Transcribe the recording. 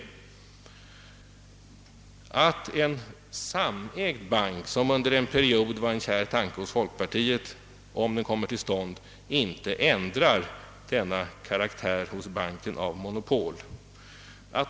En samägd bank, om en sådan skulle komma till stånd, vilket under en period var en kär tanke hos folkpartiet, ändrar inte denna karaktär hos banken av »monopol».